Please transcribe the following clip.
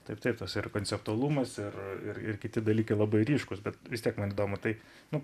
taip taip tas ir konceptualumas ir ir ir kiti dalykai labai ryškūs bet vis tiek man įdomu tai nu